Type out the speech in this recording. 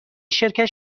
شرکت